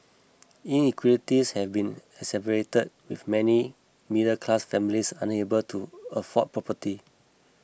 inequalities have been exacerbated with many middle class families unable to afford property